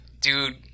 dude